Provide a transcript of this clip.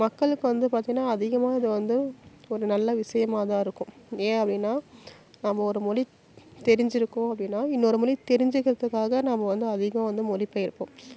மக்களுக்கு வந்து பார்த்திங்கனா அதிகமாக அதை வந்து ஒரு நல்ல விஷயமா தான் இருக்கும் ஏன் அப்படினா நம்ப ஒரு மொழி தெரிஞ்சுருக்கோம் அப்படினா இன்னொரு மொழி தெரிஞ்சுக்கிறதுக்காக நம்ம வந்து அதிகம் வந்து மொழி பெயர்ப்போம்